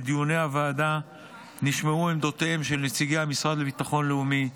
בדיוני הוועדה נשמעו עמדותיהם של נציגי המשרד לביטחון לאומי,